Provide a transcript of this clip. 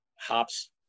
hops